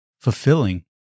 fulfilling